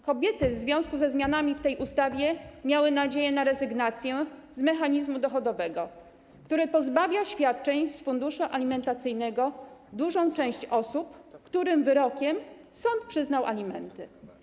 Kobiety w związku ze zmianami wprowadzonymi w tej ustawie miały nadzieję na rezygnację z mechanizmu dochodowego, który pozbawia świadczeń z funduszu alimentacyjnego dużą część osób, którym sąd wyrokiem przyznał alimenty.